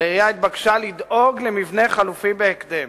והעירייה התבקשה לדאוג למבנה חלופי בהקדם.